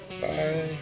bye